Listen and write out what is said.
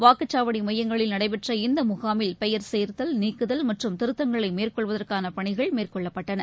வாக்குச் சாவடி மையங்களில் நடைபெற்ற இந்த முகாமில் பெயர் சேர்த்தல் நீக்குதல் மற்றும் திருத்தங்களை மேற்கொள்வதற்கான பணிகள் மேற்கொள்ளப்பட்டன